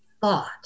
thought